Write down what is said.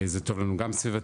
זה טוב לנו גם סביבתית,